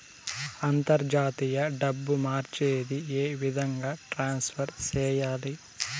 అంతర్జాతీయ డబ్బు మార్చేది? ఏ విధంగా ట్రాన్స్ఫర్ సేయాలి?